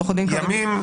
ימים?